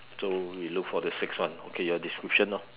so we look for the sixth one okay your description lor